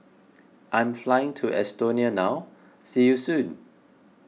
I'm flying to Estonia now see you soon